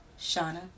Shauna